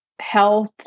health